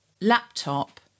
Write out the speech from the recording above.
laptop